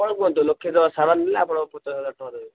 ଆପଣ କୁହନ୍ତୁ ଲକ୍ଷେ ଟଙ୍କା ସାମାନ୍ ନେଲେ ପଚାଶ ହଜାର ଟଙ୍କା ଦେବେ